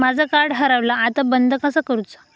माझा कार्ड हरवला आता बंद कसा करू?